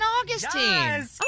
Augustine